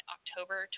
October